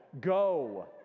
go